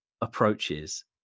approaches